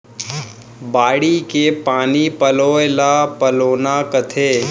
बाड़ी के पानी पलोय ल पलोना कथें